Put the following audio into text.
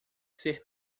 ser